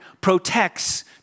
protects